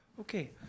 Okay